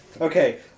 Okay